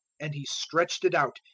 and he stretched it out,